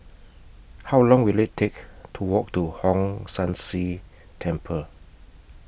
How Long Will IT Take to Walk to Hong San See Temple